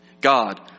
God